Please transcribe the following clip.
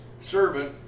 servant